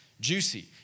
juicy